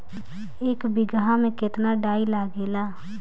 एक बिगहा में केतना डाई लागेला?